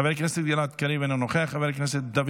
חבר הכנסת גלעד קריב, אינו נוכח, חבר הכנסת דוד